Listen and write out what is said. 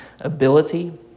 ability